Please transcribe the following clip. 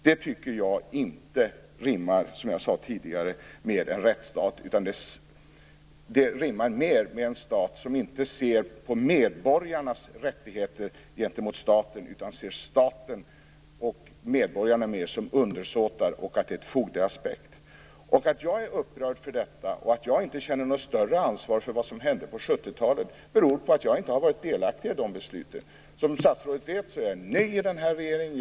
Jag tycker inte att det rimmar med en rättsstat, som jag sade tidigare, utan det rimmar mer med en stat som inte ser på medborgarnas rättigheter gentemot staten utan ser medborgarna mer som undersåtar, i en fogdeaspekt. Att jag är upprörd över detta och inte känner något större ansvar för vad som hände på 70-talet beror på att jag inte har varit delaktig i de besluten. Som statsrådet vet, är jag ny i riksdagen.